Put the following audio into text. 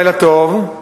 לילה טוב,